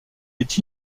est